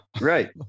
right